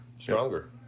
stronger